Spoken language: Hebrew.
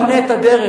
פנה את הדרך,